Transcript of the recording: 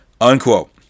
Unquote